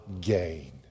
gain